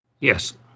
Yes